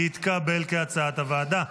התקבל כהצעת הוועדה.